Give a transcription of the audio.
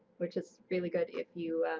which is really good if you,